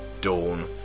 Dawn